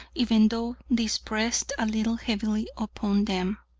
even though these pressed a little heavily upon them.